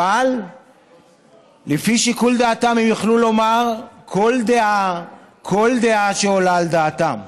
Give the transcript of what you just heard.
אבל לפי שיקול דעתם הם יוכלו לומר כל דעה שעולה על דעתם,